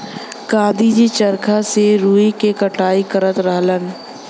गाँधी जी चरखा से रुई क कटाई करत रहलन